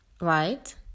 right